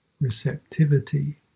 receptivity